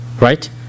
Right